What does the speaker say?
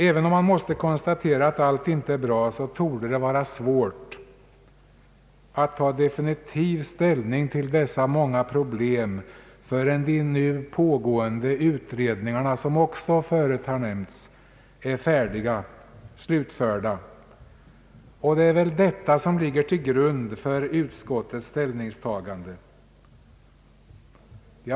Även om man måste konstatera att allt inte är bra torde det vara svårt att ta definitiv ställning till dessa många problem innan nu pågående utredningar, som också förut har nämnts, är slutförda. Det är detta som ligger till grund för utskottets ställningstagande.